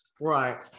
right